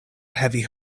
heavy